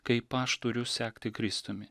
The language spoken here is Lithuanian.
kaip aš turiu sekti kristumi